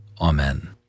Amen